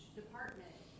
department